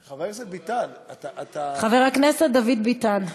חבר הכנסת ביטן, אתה, אתה, חבר הכנסת דוד ביטן,